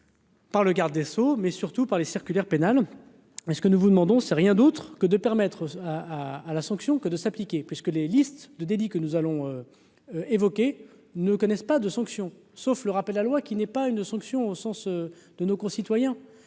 Par le garde des sceaux, mais surtout par les circulaires pénales parce que nous vous demandons, c'est rien d'autre que de permettre à à la sanction que de s'appliquer puisque les listes de délit que nous allons évoquer ne connaissent pas de sanctions, sauf le rappel, la loi qui n'est pas une sanction, au sens de nos concitoyens